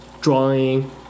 drawing